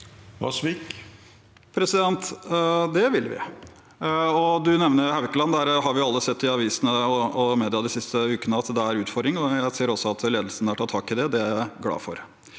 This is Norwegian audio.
vil vi. Representan- ten nevner Haukeland. Der har vi alle sett i avisene og media de siste ukene at det er utfordringer. Jeg ser også at ledelsen har tatt tak i det. Det er jeg glad for.